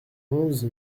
onze